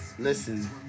Listen